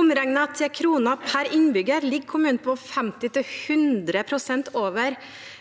Omregnet til kroner per innbygger ligger kommunen 50–